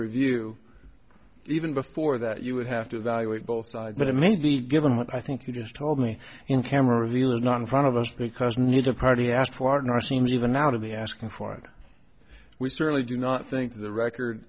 review even before that you would have to evaluate both sides and it may be given what i think you just told me in camera here is not in front of us because neither party asked for nor seems even out of the asking for it we certainly do not think the record